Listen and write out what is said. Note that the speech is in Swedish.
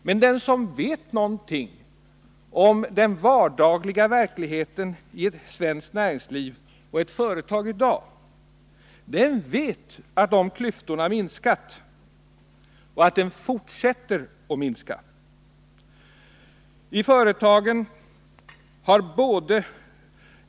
Men den som känner till någonting om den vardagliga verkligheten i svenskt näringsliv och i ett företag i dag vet att de klyftorna har minskat och fortsätter att minska.